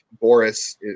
Boris